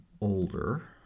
older